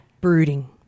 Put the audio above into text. Brooding